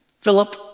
Philip